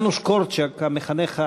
יאנוש קורצ'אק, המחנך האגדי,